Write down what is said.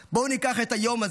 בואו ניקח את היום הזה,